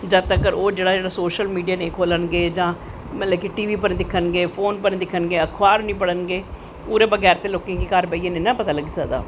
जद तक्कर ओह् सोशल मीडिया नी खोलन गे जां मतलव टी बी पर दिक्खन गे फोन पर दिक्खन गे अखबार पढ़न गे ओह्दे बगैर ते लोकें गी घर बेहियै ते नेंई ना पता लग्गी सकदा